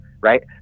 right